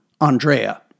Andrea